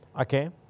Okay